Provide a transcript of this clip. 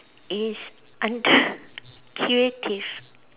it's under creative